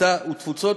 הקליטה והתפוצות.